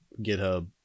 GitHub